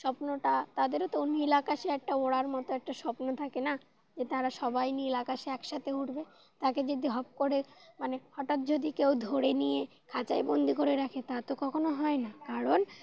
স্বপ্নটা তাদেরও তো নীল আকাশে একটা ওড়ার মতো একটা স্বপ্ন থাকে না যে তারা সবাই নীল আকাশে একসাথে উঠবে তাকে যদি হপ করে মানে হঠাৎ যদি কেউ ধরে নিয়ে খাঁচায় বন্দি করে রাখে তা তো কখনও হয় না কারণ